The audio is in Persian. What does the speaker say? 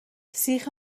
سیخ